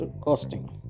costing